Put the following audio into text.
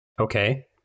Okay